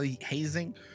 Hazing